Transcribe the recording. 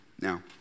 now